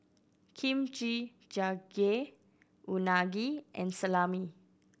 Kimchi Jjigae Unagi and Salami